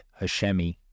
Hashemi